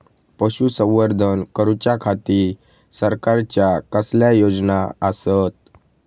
पशुसंवर्धन करूच्या खाती सरकारच्या कसल्या योजना आसत?